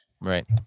Right